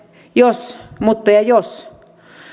jos mutta ja jos